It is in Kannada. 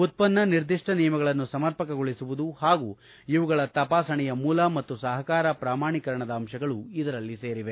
ಉತ್ಪನ್ನ ನಿರ್ದಿಷ್ನ ನಿಯಮಗಳನ್ನು ಸಮರ್ಪಕಗೊಳಿಸುವುದು ಹಾಗೂ ಇವುಗಳ ತಪಾಸಣೆಯ ಮೂಲ ಮತ್ತು ಸಹಕಾರ ಪ್ರಮಾಣೀಕರಣದ ಅಂತಗಳು ಇದರಲ್ಲಿ ಸೇರಿವೆ